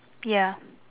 ya